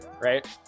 right